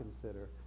consider